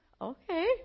okay